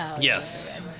Yes